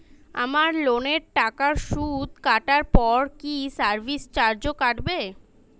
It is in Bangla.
আমার লোনের টাকার সুদ কাটারপর কি সার্ভিস চার্জও কাটবে?